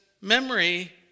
memory